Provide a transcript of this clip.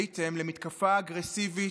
עליתם למתקפה אגרסיבית,